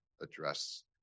address